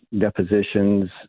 depositions